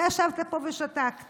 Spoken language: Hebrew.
אתה ישבת פה ושתקת.